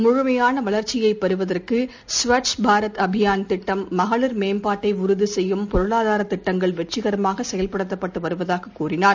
முழுமையான வளர்ச்சியை பெறுவதற்கு ஸ்வச் பாரத் அபியான் திட்டம் மகளிர் மேம்பாட்டை உறுதி செய்யும் பொருளாதார திட்டங்கள் வெற்றிகரமாக செயல்படுத்தப்பட்டு வருவதாக கூறினார்